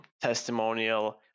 testimonial